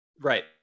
Right